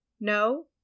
no